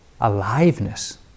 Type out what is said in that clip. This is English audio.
aliveness